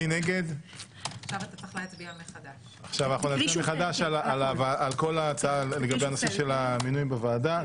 עכשיו נצביע מחדש על כל ההצעה לגבי הנושא של המינויים בוועדה.